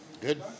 Good